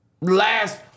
Last